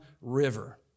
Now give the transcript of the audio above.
River